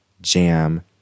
Jam